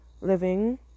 living